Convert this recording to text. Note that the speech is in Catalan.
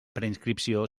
preinscripció